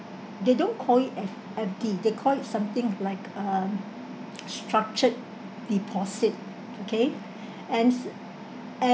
they don't call it F~ F_D they call it something like uh structured deposit okay and and